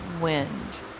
wind